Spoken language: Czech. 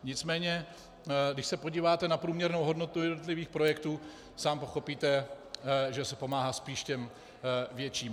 Nicméně když se podíváte na průměrnou hodnotu jednotlivých projektů, sám pochopíte, že se pomáhá spíš těm větším.